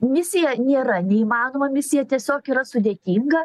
misija nėra neįmanoma misija tiesiog yra sudėtinga